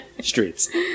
Streets